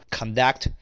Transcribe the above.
conduct